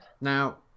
Now